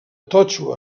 totxo